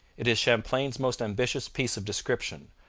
it is champlain's most ambitious piece of description,